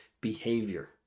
behavior